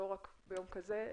לא רק ביום כזה,